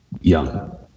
Young